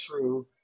true